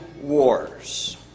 wars